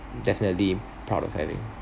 definitely proud of having